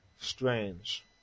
Strange